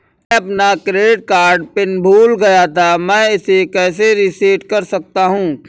मैं अपना credit card pin भूल गया था मैं इसे कैसे रीसेट कर सकता हूँ?